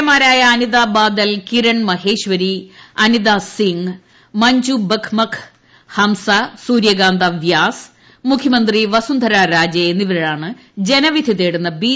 എമാരായ അനിതാ ബാദൽ കിരൺ മഹേശ്വരി അനിതാ സിംഗ് മഞ്ജു ബക്ക്മുഖ് ഹംസ സൂര്യകാന്ത വ്യാസ് മുഖ്യമന്ത്രി വസ്തുസ്സ്രാ രാജെ എന്നിവരാണ് ജനവിധി തേടുന്നു ്ബി